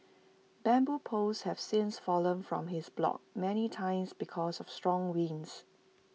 bamboo poles have since fallen from his block many times because of strong winds